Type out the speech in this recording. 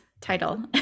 title